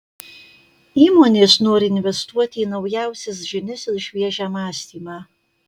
įmonės nori investuoti į naujausias žinias ir šviežią mąstymą